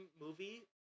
movie